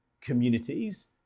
communities